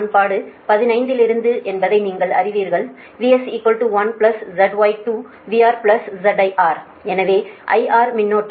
சமன்பாடு 15 இலிருந்துஎன்பதை நீங்கள் அறிவீர்கள் VS1ZY2VR ZIR எனவே IR மின்னோட்டம் 218